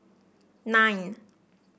nine